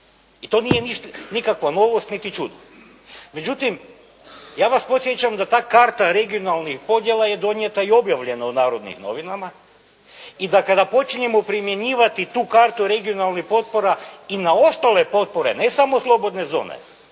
I to nije nikakva novost, niti čudo. Međutim, ja vas podsjećam da ta karta regionalnih podjela je donijeta i objavljena u "Narodnim novinama" i da kada počinjemo primjenjivati tu kartu regionalnih potpora i na ostale potpore, ne samo slobodne zone,